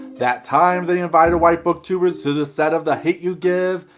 that time they invited white booktubers to the set of the hate u give,